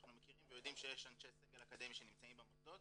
אנחנו מכירים ויודיעם שיש אנשי סגל אקדמי שנמצאים במוסדות